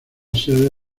sede